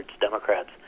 Democrats